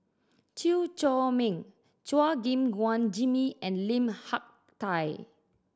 Chew Chor Meng Chua Gim Guan Jimmy and Lim Hak Tai